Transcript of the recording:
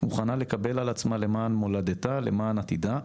מוכנה לקבל על עצמה למען מולדתה למען עתידה.